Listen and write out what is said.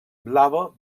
blava